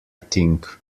think